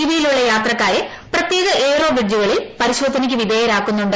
ഇവയിലുള്ള യാത്രക്കാരെ പ്രത്യേക എയ്റോ ബ്രിഡ്ജുകളിൽ പ്രിശോധനയ്ക്ക് വിധേയരാക്കുന്നുണ്ട്